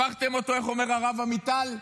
הפכתם אותו, איך אומר הרב עמיטל?